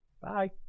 Bye